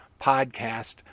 podcast